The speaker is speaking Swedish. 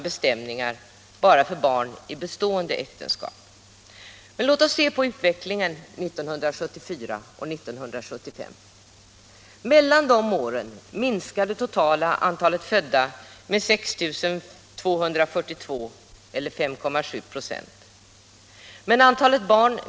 Vi kan också se på statistiken över familjer med hemmavarande barn.